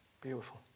Beautiful